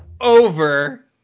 Over